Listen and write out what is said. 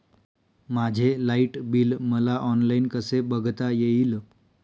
माझे light bill मला online कसे बघता येईल?